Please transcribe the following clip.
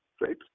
right